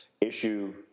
issue